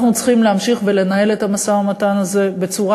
אנחנו צריכים להמשיך ולנהל את המשא-ומתן הזה בצורה,